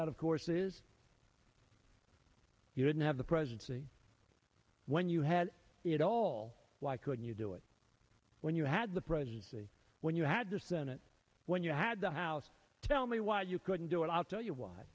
that of course is you didn't have the presidency when you had it all why couldn't you do it when you had the presidency when you had the senate when you had the house tell me why you couldn't do it i'll tell you wh